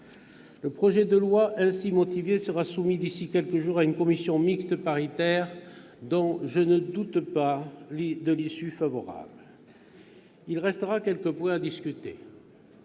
Le projet de loi ainsi modifié sera soumis d'ici à quelques jours à une commission mixte paritaire, dont je ne doute pas de l'issue favorable. Il restera quelques points à discuter.